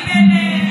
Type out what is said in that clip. תן.